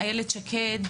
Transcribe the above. איילת שקד,